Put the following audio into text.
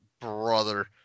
brother